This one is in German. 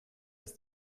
als